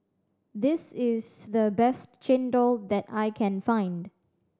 this is the best chendol that I can find